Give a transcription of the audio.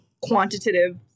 quantitative